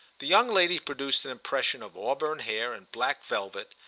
the young lady produced an impression of auburn hair and black velvet,